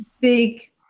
big